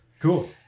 Cool